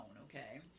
okay